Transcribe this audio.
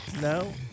no